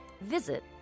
visit